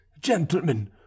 gentlemen